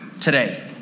today